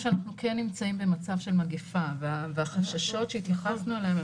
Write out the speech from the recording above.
אתם יכולים להתייחס בכמה מילים לחריגים?